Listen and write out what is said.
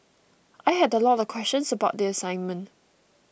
I had a lot of questions about the assignment